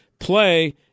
play